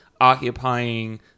occupying